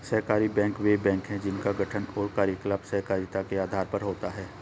सहकारी बैंक वे बैंक हैं जिनका गठन और कार्यकलाप सहकारिता के आधार पर होता है